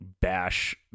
bash